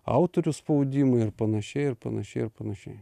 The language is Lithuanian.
autorių spaudimą ir panašiai ir panašiai ir panašiai